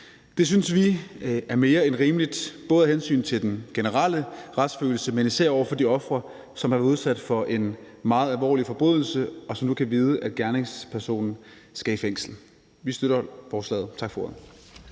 Det synes vi er mere end rimeligt, både af hensyn til den generelle retsfølelse, men især over for de ofre, som har været udsat for en meget alvorlig forbrydelse, og som nu kan vide, at gerningspersonen skal i fængsel. Vi støtter forslaget. Tak for ordet.